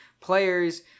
players